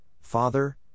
father